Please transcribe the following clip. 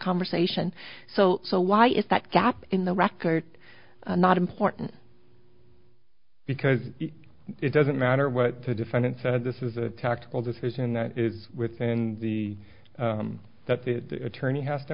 conversation so why is that gap in the record not important because it doesn't matter what the defendant said this is a tactical decision that is within the that the attorney has to